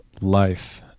life